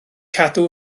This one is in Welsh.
cadw